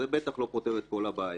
זה בטח לא פותר את כל הבעיה,